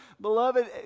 beloved